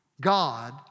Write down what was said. god